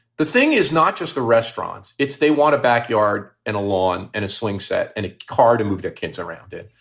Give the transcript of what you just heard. the thing is not just the restaurants, it's they want a backyard and a lawn and a swing set and a car to move their kids around it.